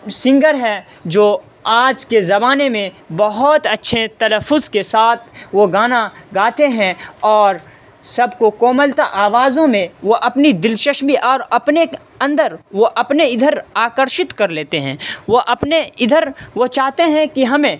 singer ہیں جو آج کے زمانے میں بہت اچّھے تلفظ کے ساتھ وہ گانا گاتے ہیں اور سب کو کوملتا آوازوں میں وہ اپنی دلچشپی اور اپنے اندر وہ اپنے ادھر آکرشت کر لیتے ہیں وہ اپنے ادھر وہ چاہتے ہیں کہ ہمیں